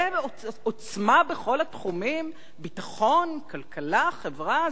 זה "עוצמה בכל התחומים, ביטחון, כלכלה, חברה"?